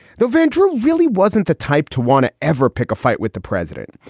the venturer really wasn't the type to want to ever pick a fight with the president.